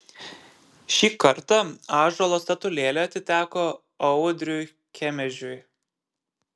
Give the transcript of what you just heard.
šį kartą ąžuolo statulėlė atiteko audriui kemežiui